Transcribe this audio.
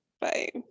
Bye